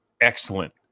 excellent